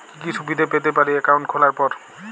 কি কি সুবিধে পেতে পারি একাউন্ট খোলার পর?